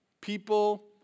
People